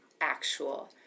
actual